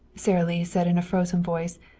sara lee said in a frozen voice,